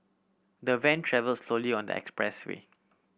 the van travel slowly on the expressway